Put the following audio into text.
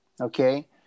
okay